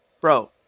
Bro